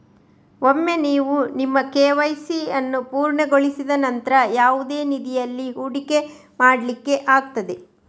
ಒಮ್ಮೆ ನೀವು ನಿಮ್ಮ ಕೆ.ವೈ.ಸಿ ಅನ್ನು ಪೂರ್ಣಗೊಳಿಸಿದ ನಂತ್ರ ಯಾವುದೇ ನಿಧಿಯಲ್ಲಿ ಹೂಡಿಕೆ ಮಾಡ್ಲಿಕ್ಕೆ ಆಗ್ತದೆ